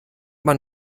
man